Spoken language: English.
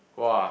!wah!